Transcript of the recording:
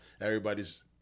Everybody's